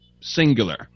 singular